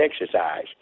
exercise